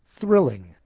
thrilling